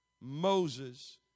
Moses